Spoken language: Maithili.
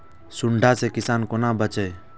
सुंडा से किसान कोना बचे?